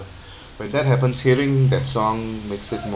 but that happens hearing that song makes it more